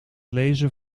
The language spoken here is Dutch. lezen